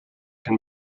can